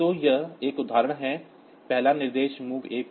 तो यह एक उदाहरण है पहला निर्देश MOV A3